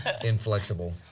inflexible